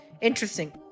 Interesting